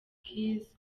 keys